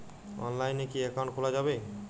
অনলাইনে কি অ্যাকাউন্ট খোলা যাবে?